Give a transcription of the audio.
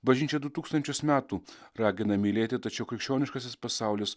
bažnyčia du tūkstančius metų ragina mylėti tačiau krikščioniškasis pasaulis